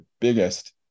biggest